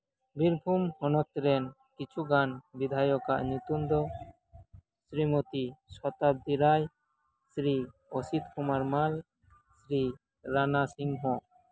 ᱵᱤᱨᱵᱷᱩᱢ ᱦᱚᱱᱚᱛ ᱨᱮᱱ ᱠᱤᱪᱷᱩᱜᱟᱱ ᱵᱤᱫᱷᱟᱭᱚᱠᱟᱜ ᱧᱩᱛᱩᱢ ᱫᱚ ᱥᱨᱤᱢᱚᱛᱤ ᱥᱚᱛᱟᱵᱫᱤ ᱨᱟᱭ ᱥᱨᱤ ᱚᱥᱤᱛ ᱠᱩᱢᱟᱨ ᱢᱟᱞ ᱥᱨᱤ ᱨᱟᱱᱟ ᱥᱤᱝᱦᱚ